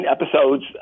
episodes